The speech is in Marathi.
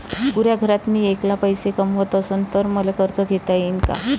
पुऱ्या घरात मी ऐकला पैसे कमवत असन तर मले कर्ज घेता येईन का?